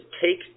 take